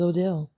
Odell